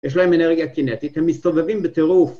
יש להם אנרגיה קינטית, הם מסתובבים בטירוף.